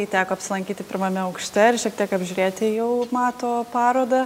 tai teko apsilankyti pirmame aukšte ir šiek tiek apžiūrėti jau mato parodą